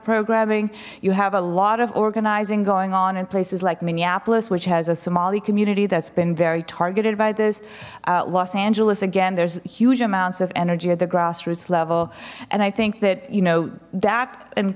programming you have a lot of organizing going on in places like minneapolis which has a somali community that's been very targeted by this los angeles again there's huge amounts of energy at the grassroots level and i think that you know that and